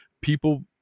people